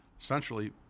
essentially